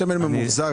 אשכנזי,